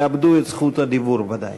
יאבדו את רשות הדיבור ודאי.